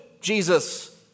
Jesus